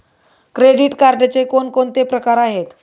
Credit कार्डचे कोणकोणते प्रकार आहेत?